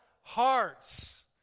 Hearts